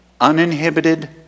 Uninhibited